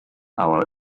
our